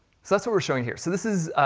so that's what we're showing here. so this is,